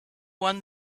won